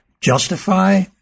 justify